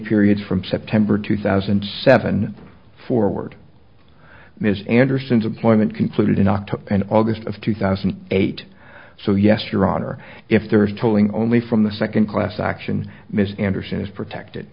period from september two thousand and seven forward ms anderson's employment concluded in october and august of two thousand and eight so yes your honor if there is tolling only from the second class action ms anderson is protected